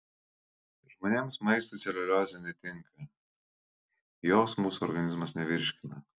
žmonėms maistui celiuliozė netinka jos mūsų organizmas nevirškina